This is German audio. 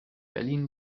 berlin